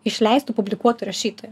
išleistu publikuotu rašytoju